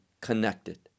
connected